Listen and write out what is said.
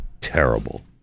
terrible